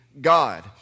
God